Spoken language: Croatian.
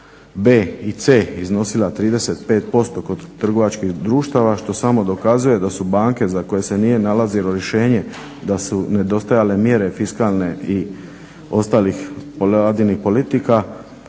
b i c iznosila 35% kod trgovačkih društava što samo dokazuje da su banke za koje se nije nalazilo rješenje, da su nedostajale mjere fiskalne i ostalih …/Govornik